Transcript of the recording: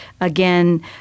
again